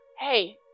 Hey